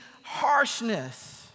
harshness